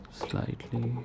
slightly